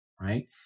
right